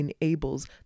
enables